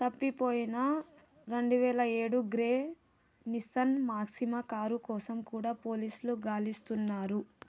తప్పిపోయిన రెండు వేల ఏడు గ్రే నిస్సన్ మాక్సిమా కారు కోసం కూడా పోలీసులు గాలిస్తున్నారు